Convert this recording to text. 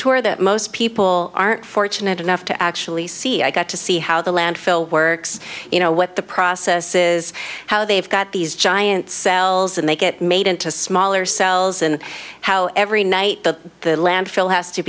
tour that most people aren't fortunate enough to actually see i got to see how the landfill works you know what the process is how they've got these giant cells and they get made into smaller cells and how every night the landfill has to